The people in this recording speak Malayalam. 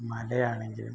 മലയാണെങ്കിലും